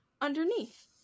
underneath